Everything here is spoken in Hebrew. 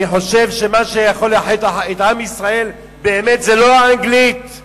אני חושב שמה שיכול לאחד את עם ישראל באמת זה לא האנגלית,